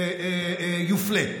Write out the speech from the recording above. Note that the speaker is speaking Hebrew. יופלה.